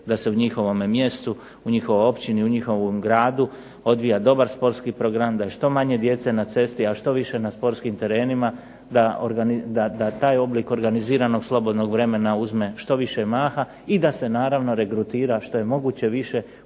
da se u njihovome mjestu, u njihovoj općini, u njihovom gradu odvija dobar sportski program, da je što manje djece na cesti, a što više na sportskim terenima. Da taj oblik organiziranog slobodnog vremena uzme što više maha i da se naravno regrutira što je moguće više uspješnih